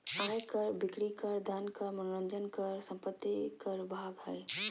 आय कर, बिक्री कर, धन कर, मनोरंजन कर, संपत्ति कर भाग हइ